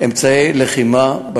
אמצעי לחימה,